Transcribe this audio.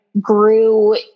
grew